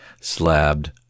slabbed